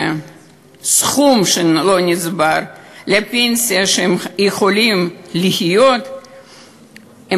סכום לפנסיה שהם יכולים לחיות ממנו,